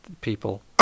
People